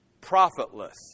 Profitless